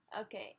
Okay